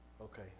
Okay